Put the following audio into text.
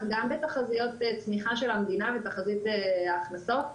גם בתחזיות צמיחה של המדינה ותחזית ההכנסות,